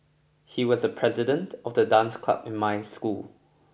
he was the president of the dance club in my school